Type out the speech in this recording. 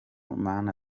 mana